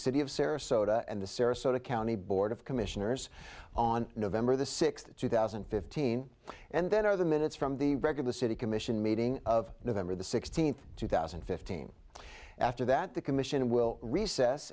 city of sarasota and the sarasota county board of commissioners on november the sixth two thousand and fifteen and then are the minutes from the regular city commission meeting of november the sixteenth two thousand and fifteen after that the commission will recess